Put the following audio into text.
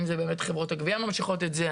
האם באמת חברות הגבייה ממשיכות את זה,